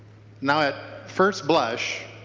now at first blush